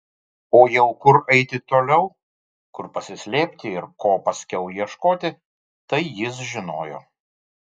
o jau kur eiti toliau kur pasislėpti ir ko paskiau ieškoti tai jis žinojo